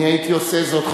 אני הייתי עושה זאת,